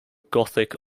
gothic